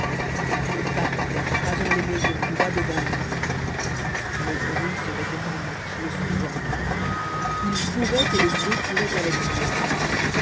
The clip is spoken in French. il partait rasant les maisons droit devant lui le bruit se mettait en marche le suivant il courait et le bruit courait avec lui